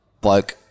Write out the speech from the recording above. bloke